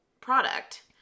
product